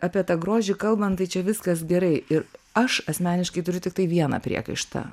apie tą grožį kalbant tai čia viskas gerai ir aš asmeniškai turiu tiktai vieną priekaištą